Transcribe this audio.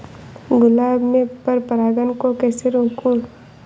गुलाब में पर परागन को कैसे रोकुं?